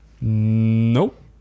Nope